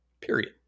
Period